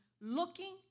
looking